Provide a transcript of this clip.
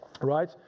Right